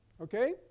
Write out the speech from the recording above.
Okay